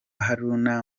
haruna